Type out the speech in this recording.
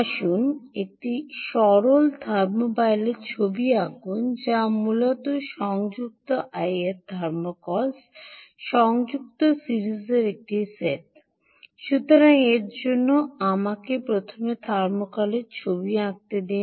আসুন একটি সরল থার্মোপাইলের ছবি আঁকুন যা মূলত সংযুক্ত আইআর থার্মোকলস সংযুক্ত সিরিজের একটি সেট সুতরাং এর জন্য আমাকে প্রথমে থার্মোকলের ছবি আঁকতে দিন